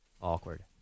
Awkward